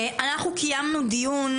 אנחנו קיימנו דיון